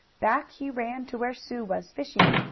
back he ran to where sue was fishing.